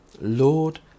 Lord